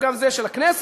וגם זה של הכנסת,